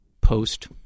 post